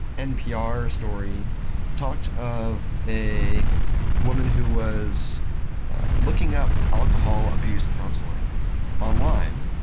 npr story talked of a woman who was looking up alcohol abuse counseling online,